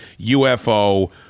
UFO